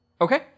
Okay